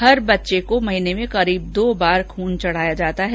प्रत्येक बच्चे को महीने में करीब दो बार खून चढ़ाया जाता है